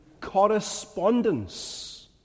correspondence